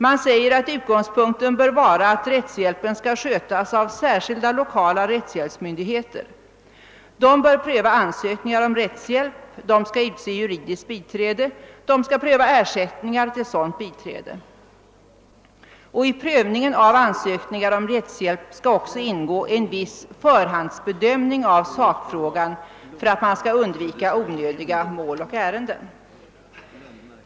Man säger att utgångspunkten bör vara att rättshjälpen skall skötas av särskilda lokala rättshjälpsmyndigheter; de bör pröva ansökningar om rättshjälp, utse juridiskt biträde samt pröva ersättningar till sådant biträde. I prövningen av ansökningar om rättshjälp skall också ingå en viss förhandsbedömning av sakfrågan för att man skall undvika onödiga mål och ärenden.